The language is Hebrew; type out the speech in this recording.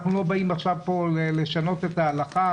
אנחנו לא באים כאן לשנות את ההלכה.